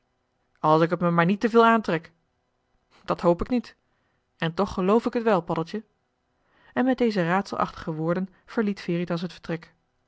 als ik t me maar niet te veel aantrek dat hoop ik niet en toch geloof ik het wel paddeltje en met deze raadselachtige woorden verliet veritas het vertrek